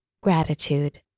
Gratitude